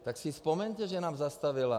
Tak si vzpomeňte, že nám zastavila.